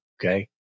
Okay